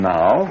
Now